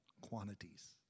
quantities